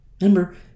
Remember